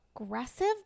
aggressive